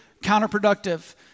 counterproductive